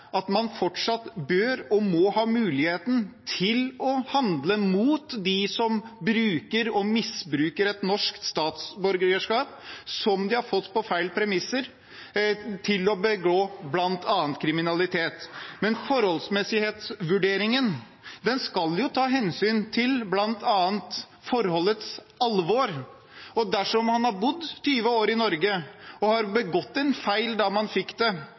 at man fortsatt bør og må ha muligheten til å handle mot dem som bruker og misbruker et norsk statsborgerskap som de har fått på feil premisser, til å begå bl.a. kriminalitet. Forholdsmessighetsvurderingen skal ta hensyn til bl.a. forholdets alvor. Dersom man har bodd 20 år i Norge, begikk en feil da man fikk det,